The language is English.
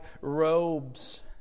robes